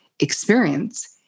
Experience